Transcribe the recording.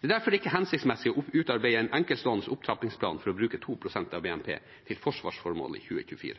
Det er derfor ikke hensiktsmessig å utarbeide en enkeltstående opptrappingsplan for å bruke 2 pst. av BNP til forsvarsformål i 2024.